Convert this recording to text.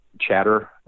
chatter